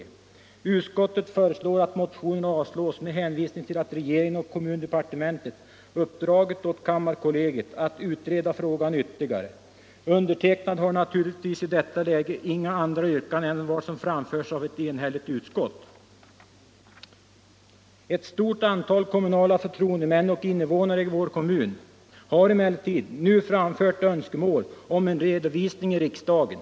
Utskottet föreslår att motionerna avslås med hänvisning till att regeringen och kommundepartementet uppdragit åt kammarkollegiet att utreda frågan ytterligare. Jag för min del har naturligtvis i detta läge inga andra yrkanden än dem som framförts av ett enhälligt utskott. Ett stort antal kommunala förtroendemän och invånare i vår kommun har emellertid nu framfört önskemål om en redovisning i riksdagen.